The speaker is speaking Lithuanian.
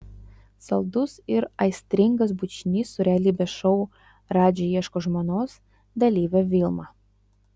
saldus ir aistringas bučinys su realybės šou radži ieško žmonos dalyve vilma